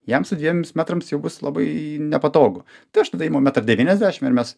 jam su dviemis metrams jau bus labai nepatogu tai aš tada imu metrą devyniasdešim ir mes